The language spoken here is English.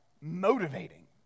motivating